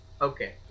Okay